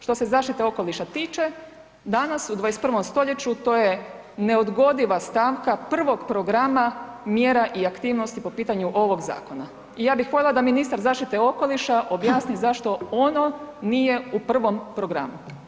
Što se zaštite okoliša tiče danas u 21. stoljeću to je neodgodiva stavka prvog programa mjera i aktivnosti po pitanju ovoga zakona i ja bih voljela da ministar zaštite okoliša objasni zašto ono nije u prvom programu.